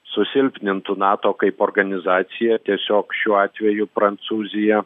susilpnintų nato kaip organizaciją tiesiog šiuo atveju prancūzija